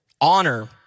Honor